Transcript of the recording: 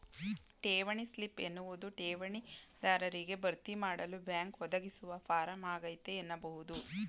ಠೇವಣಿ ಸ್ಲಿಪ್ ಎನ್ನುವುದು ಠೇವಣಿ ದಾರರಿಗೆ ಭರ್ತಿಮಾಡಲು ಬ್ಯಾಂಕ್ ಒದಗಿಸುವ ಫಾರಂ ಆಗೈತೆ ಎನ್ನಬಹುದು